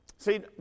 See